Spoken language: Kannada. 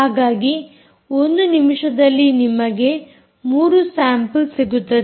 ಹಾಗಾಗಿ ಒಂದು ನಿಮಿಷದಲ್ಲಿ ನಿಮಗೆ 3 ಸ್ಯಾಂಪಲ್ ಸಿಗುತ್ತದೆ